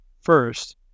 First